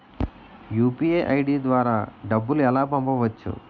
UPI ID ద్వారా డబ్బులు ఎలా పంపవచ్చు?